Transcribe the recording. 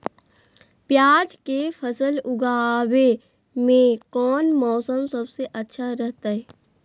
प्याज के फसल लगावे में कौन मौसम सबसे अच्छा रहतय?